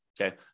okay